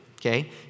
Okay